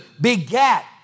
begat